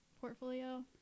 portfolio